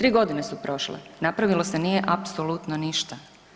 3 godine su prošle, napravilo se nije apsolutno ništa.